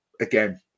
Again